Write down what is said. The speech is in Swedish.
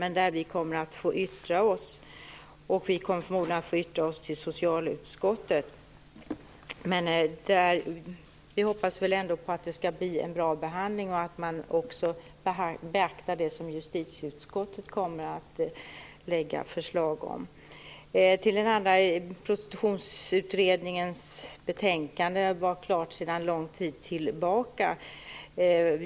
Vi kommer emellertid att få yttra oss, förmodligen till socialutskottet. Vi hoppas att det skall bli en bra behandling och att man kommer att beakta också de förslag som justitieutskottet kommer att lägga fram. Prostitutionsutredningens betänkande är framlagt sedan lång tid tillbaka.